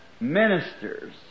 ministers